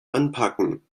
anpacken